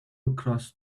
across